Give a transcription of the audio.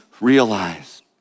realize